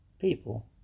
people